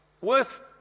Worth